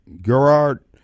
Gerard